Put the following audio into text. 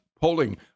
polling